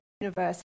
universe